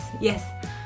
Yes